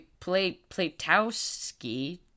Platowski